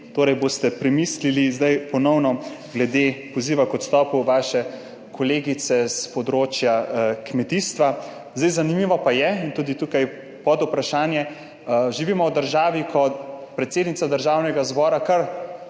ponovno premislili glede poziva k odstopu vaše kolegice s področja kmetijstva. Zanimivo pa je, in tudi tukaj podvprašanje, živimo v državi, kjer predsednica Državnega zbora kar